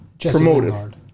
promoted